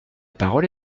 parole